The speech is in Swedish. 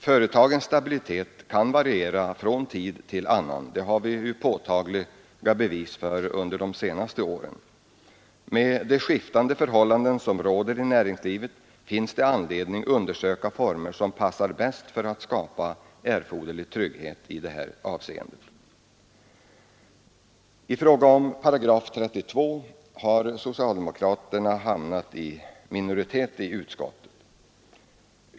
Företagens stabilitet kan variera från tid till annan — det har vi fått påtagliga bevis för under de senaste åren. Med de skiftande förhållanden som råder i näringslivet finns det anledning undersöka vilka former som passar bäst för att skapa erforderlig trygghet i det här avseendet. I fråga om §32 har socialdemokraterna hamnat i minoritet i utskottet.